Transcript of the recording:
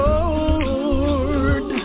Lord